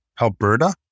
Alberta